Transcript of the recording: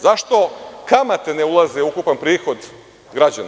Zašto kamate ne ulaze u ukupan prihod građana?